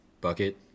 bucket